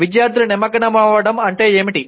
విద్యార్థుల నిమగ్నమవ్వడం అంటే ఏమిటి